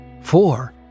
Four